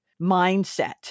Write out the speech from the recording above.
mindset